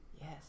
Yes